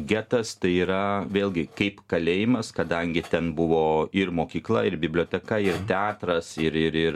getas tai yra vėlgi kaip kalėjimas kadangi ten buvo ir mokykla ir biblioteka ir teatras ir ir ir